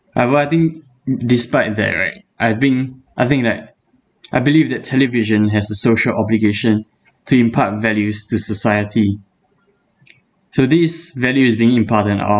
uh but I think despite that right I think I think that I believe that television has a social obligation to impart values the society so this value is being imparted